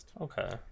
Okay